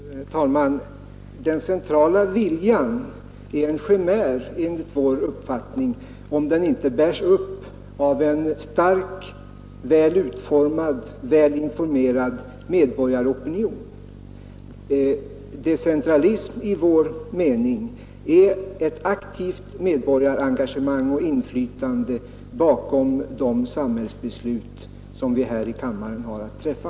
Herr talman! Den centrala viljan i demokratisk mening är enligt vår uppfattning en chimär om den inte bärs upp av en stark väl utformad, väl informerad medborgaropinion. Decentralismen i vår mening är ett aktivt medborgarengagemang och inflytande bakom de samhällsbeslut som riksdagen har att träffa.